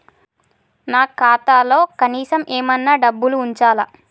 నా ఖాతాలో కనీసం ఏమన్నా డబ్బులు ఉంచాలా?